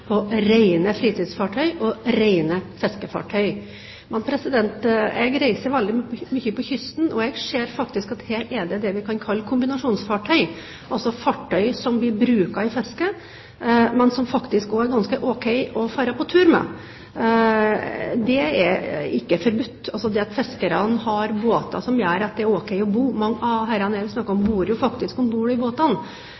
på rene fritidsfartøy og rene fiskefartøy. Jeg reiser veldig mye på kysten, og jeg ser at det faktisk er båter man kan kalle kombinasjonsfartøy – altså fartøy som blir brukt til fiske, men som også er ganske ok å dra på tur med. Det er ikke forbudt. Det at fiskerne har båter som det er ok å bo i – her er det snakk at man bor om